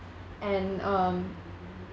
and um